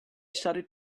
started